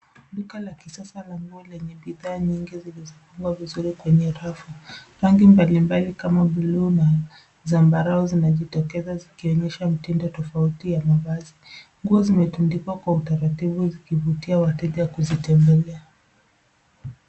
Duka la kisasa la nguo lenye bidhaa nyingi zilizopangwa vizuri kwenye rafu. Rangi mbali mbali kama blue na zambarau zinajitokeza zikionyesha mitindo tofauti ya mavazi. Nguo zimetundikwa kwa utaratibu zikivutia wateja kuzitembelea.